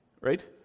Right